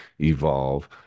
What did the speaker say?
evolve